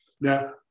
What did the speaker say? Now